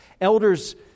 Elders